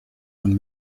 von